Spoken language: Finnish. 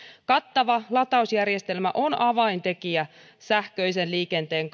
kattava latausjärjestelmä on avaintekijä sähköisen liikenteen